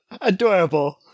Adorable